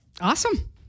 Awesome